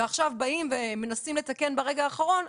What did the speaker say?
ועכשיו באים ומנסים לתקן ברגע האחרון,